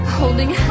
holding